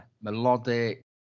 melodic